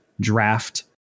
draft